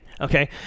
okay